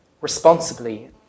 responsibly